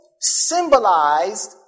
symbolized